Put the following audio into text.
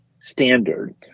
Standard